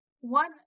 One